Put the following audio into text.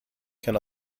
can